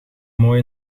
mooi